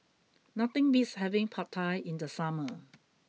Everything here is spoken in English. nothing beats having Pad Thai in the summer